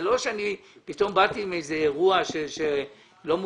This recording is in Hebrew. זה לא שאני פתאום באתי עם איזה אירוע לא מוכר.